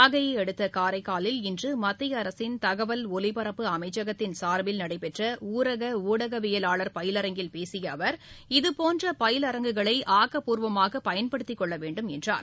நாகையை அடுத்த காரைக்காலில் இன்று மத்திய அரசின் தகவல் ஒலிபரப்பு அமைச்சகத்தின் சார்பில் நடைபெற்ற ஊரக ஊடகவியலாளர் பயிலரங்கில் பேசிய அவர் இதுபோன்ற பயிலரங்குகளை ஆக்கப்பூர்வமாகப் பயன்படுத்திக் கொள்ள வேண்டும் என்றார்